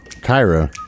Cairo